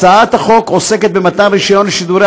הצעת החוק עוסקת במתן רישיון לשידורי